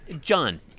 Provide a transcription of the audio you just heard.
John